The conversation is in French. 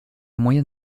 moyen